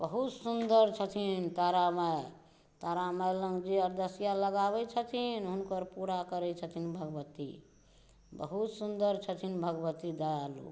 बहुत सुन्दर छथिन तारामाइ तारामाइ लग जे अरदसिआ लगाबै छथिन हुनकर पुरा करै छथिन भगवती बहुत सुन्दर छथिन भगवती